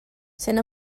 sent